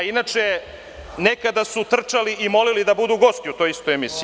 Inače, nekada su trčali i molili da budu gosti u toj istoj emisiji.